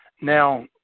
Now